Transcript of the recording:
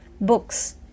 books